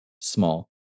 small